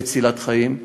מצילת חיים.